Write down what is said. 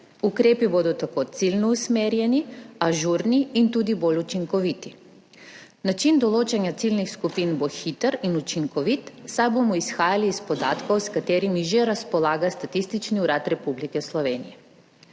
Ukrepi bodo tako ciljno usmerjeni, ažurni in tudi bolj učinkoviti. Način določanja ciljnih skupin bo hiter in učinkovit, saj bomo izhajali iz podatkov, s katerimi že razpolaga Statistični urad Republike Slovenije.